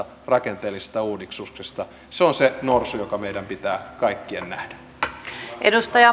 se on se norsu joka meidän pitää kaikkien nähdä